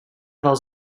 dels